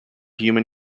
human